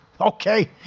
Okay